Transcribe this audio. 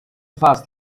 fast